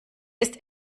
ist